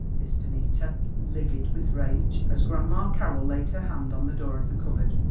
hissed annita, livid with rage, as grandma carroll laid her hand on the door of the cupboard.